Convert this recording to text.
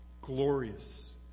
glorious